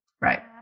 right